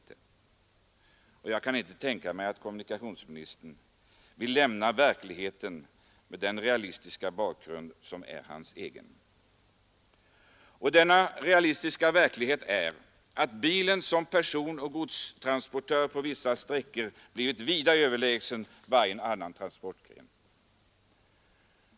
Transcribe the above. Jag kan inte tänka mig att kommunikationsministern med den realistiska bakgrund han har vill lämna verkligheten. Denna verklighet är att bilen som personoch godstransportör på vissa sträckor blivit vida överlägsen varje annan transportgren.